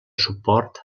suport